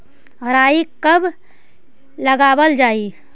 राई कब लगावल जाई?